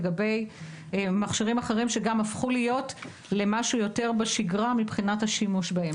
לגבי מכשירים שגם הפכו להיות למשהו יותר בשגרה מבחינת השימוש בהם.